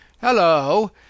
Hello